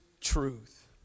truth